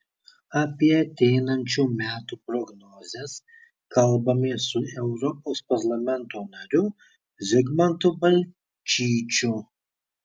apie ateinančių metų prognozes kalbamės su europos parlamento nariu zigmantu balčyčiu